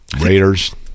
Raiders